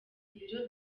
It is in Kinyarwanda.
ibiro